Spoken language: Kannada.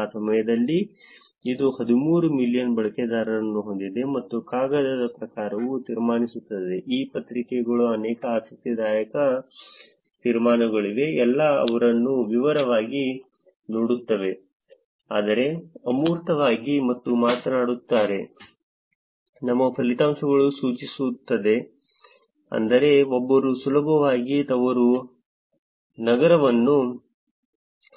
ಆ ಸಮಯದಲ್ಲಿ ಇದು 13 ಮಿಲಿಯನ್ ಬಳಕೆದಾರರನ್ನು ಹೊಂದಿದೆ ಮತ್ತು ಕಾಗದದ ಪ್ರಕಾರವು ತೀರ್ಮಾನಿಸುತ್ತದೆ ಈ ಪತ್ರಿಕೆಯಲ್ಲಿ ಅನೇಕ ಆಸಕ್ತಿದಾಯಕ ತೀರ್ಮಾನಗಳಿವೆ ನಾವು ಎಲ್ಲವನ್ನೂ ವಿವರವಾಗಿ ನೋಡುತ್ತೇವೆ ಆದರೆ ಅಮೂರ್ತವಾಗಿ ಅವರು ಮಾತನಾಡುತ್ತಾರೆ ನಮ್ಮ ಫಲಿತಾಂಶಗಳು ಸೂಚಿಸುತ್ತವೆ ಅಂದರೆ ಒಬ್ಬರು ಸುಲಭವಾಗಿ ತವರು ನಗರವನ್ನು